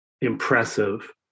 impressive